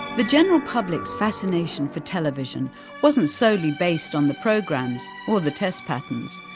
the general public's fascination for television wasn't solely based on the programs or the test patterns.